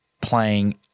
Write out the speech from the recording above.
playing